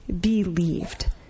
believed